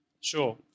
Sure